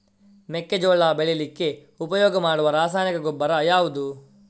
ಮೆಕ್ಕೆಜೋಳ ಬೆಳೀಲಿಕ್ಕೆ ಉಪಯೋಗ ಮಾಡುವ ರಾಸಾಯನಿಕ ಗೊಬ್ಬರ ಯಾವುದು?